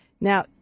Now